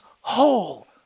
whole